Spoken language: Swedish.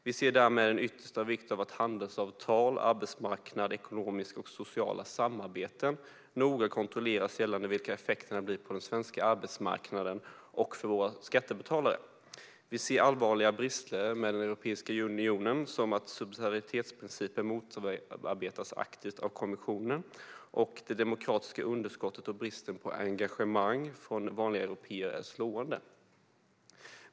Vi anser därför att det är av yttersta vikt att handelsavtal samt avtal som rör arbetsmarknad och ekonomiska och sociala samarbeten noga kontrolleras avseende effekterna för den svenska arbetsmarknaden och för våra skattebetalare. Vi ser allvarliga brister med Europeiska unionen, till exempel att subsidiaritetsprincipen motarbetas aktivt av kommissionen och att det demokratiska underskottet och bristen på engagemang från vanliga européer är slående.